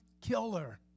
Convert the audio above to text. killer